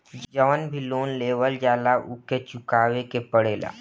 जवन भी लोन लेवल जाला उके चुकावे के पड़ेला